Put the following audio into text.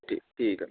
ठी ठीक है मैडम